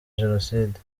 jenoside